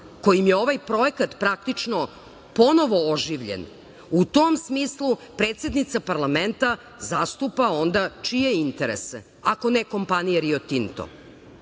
kojim je ovaj projekat praktično ponovno oživljen. U tom smislu, predsednica parlamenta zastupa onda čije interese, ako ne kompanije Rio Tinto?U